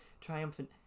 triumphant